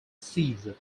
sieve